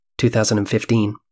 2015